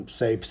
say